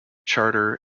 charter